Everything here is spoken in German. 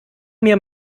mir